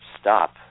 stop